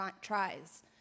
tries